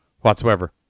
whatsoever